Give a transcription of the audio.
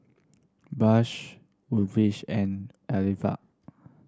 Bush and